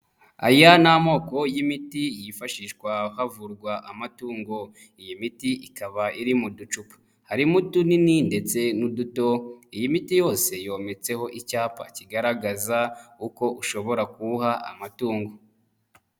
Aya ni amoko y'imiti yifashishwa havurwa amatungo. Iyi miti ikaba iri mu ducupa. Harimo utunini ndetse n'uduto, iyi miti yose yometseho icyapa kigaragaza, uko ushobora kuwuha amatungo.